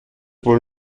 wohl